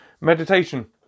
Meditation